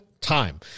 time